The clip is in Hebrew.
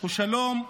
הוא שלום,